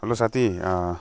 hello साथी